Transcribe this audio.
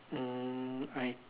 mm I t~